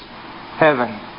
Heaven